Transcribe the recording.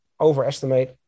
overestimate